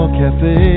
cafe